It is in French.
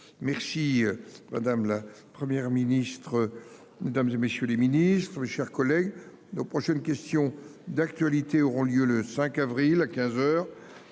Merci madame, la Première ministre. Mesdames, et messieurs les ministres, mes chers collègues, nos prochaines questions d'actualité auront lieu le 5 avril à 15h.